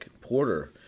Porter